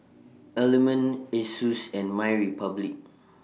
Element Asus and MyRepublic